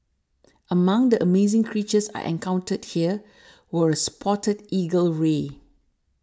among the amazing creatures I encountered here were a spotted eagle ray